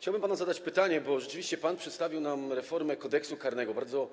Chciałbym panu zadać pytanie, bo rzeczywiście pan przedstawił nam reformę Kodeksu karnego, bardzo